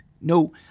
No